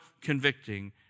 convicting